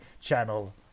channel